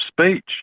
speech